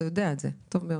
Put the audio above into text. אתה יודע את זה טוב מאוד.